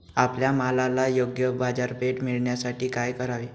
आपल्या मालाला योग्य बाजारपेठ मिळण्यासाठी काय करावे?